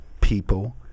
people